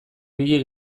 ibili